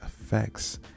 effects